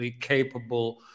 capable